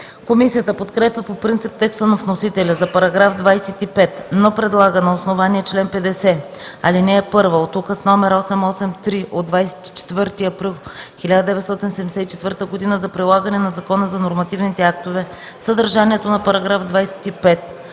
Комисията подкрепя по принцип текста на вносителя за § 25, но предлага на основание чл. 50, ал. 1 от Указ № 883 от 24 април 1974 г. за прилагане на Закона за нормативните актове съдържанието на § 25